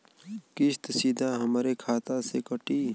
किस्त सीधा हमरे खाता से कटी?